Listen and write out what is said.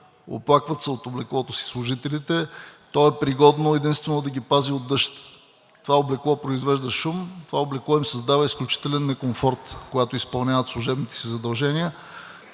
Оплакват се от облеклото си служителите. То е пригодно единствено да ги пази от дъжд. Това облекло произвежда шум, това облекло им създава изключителен некомфорт, когато изпълняват служебните си задължения.